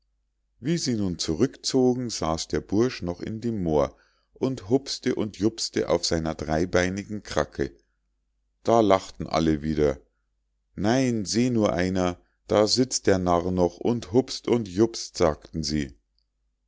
wie sie nun zurückzogen saß der bursch noch in dem moor und hups'te und jups'te auf seiner dreibeinigen kracke da lachten alle wieder nein seh nur einer da sitzt der narr noch und hups't und jups't sagten sie